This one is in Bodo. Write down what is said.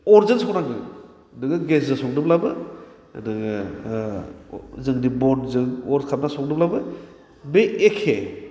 अरजों संनांदों नोङो गेसजों संदोंब्लाबो नोङो अह जोंनि बनजों अर खालामना संदोंब्लाबो बे एखे